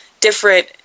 different